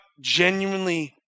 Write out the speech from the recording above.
genuinely